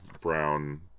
brown